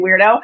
weirdo